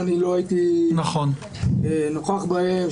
שאני לא הייתי נוכח בהם,